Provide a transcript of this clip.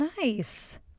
Nice